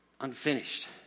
unfinished